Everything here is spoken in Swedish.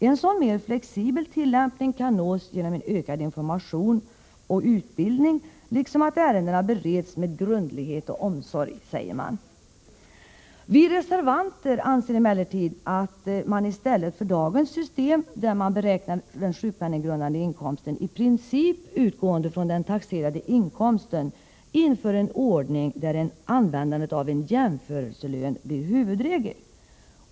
En sådan mer flexibel tillämpning kan nås genom en ökad information och utbildning, liksom genom att ärendena bereds med grundlighet och omsorg, säger man. Vi reservanter anser emellertid, att man i stället för dagens system, där man beräknar den sjukpenninggrundande inkomsten i princip utgående ifrån den taxerade inkomsten, inför en ordning där användandet av en jämförelselön blir huvudregel.